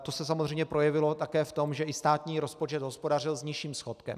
To se samozřejmě projevilo také v tom, že i státní rozpočet hospodařil s nižším schodkem.